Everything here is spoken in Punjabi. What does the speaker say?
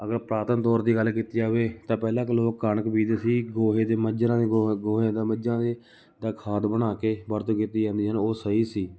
ਅਗਰ ਪੁਰਾਤਨ ਦੌਰ ਦੀ ਗੱਲ ਕੀਤੀ ਜਾਵੇ ਤਾਂ ਪਹਿਲਾਂ ਦੇ ਲੋਕ ਕਣਕ ਬੀਜਦੇ ਸੀ ਗੋਹੇ ਦੇ ਮੱਜਰਾਂ ਦੇ ਗੋਹਾ ਗੋਹੇ ਦਾ ਮੱਝਾਂ ਦੇ ਤਾਂ ਖਾਦ ਬਣਾ ਕੇ ਵਰਤੋਂ ਕੀਤੀ ਜਾਂਦੀ ਹਨ ਉਹ ਸਹੀ ਸੀ